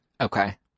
Okay